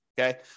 Okay